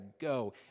go